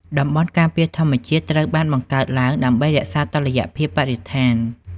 តំបន់ការពារធម្មជាតិត្រូវបានបង្កើតឡើងដើម្បីរក្សាតុល្យភាពបរិស្ថាន។